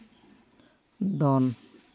ᱫᱚᱱ